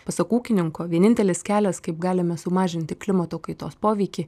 pasak ūkininko vienintelis kelias kaip galime sumažinti klimato kaitos poveikį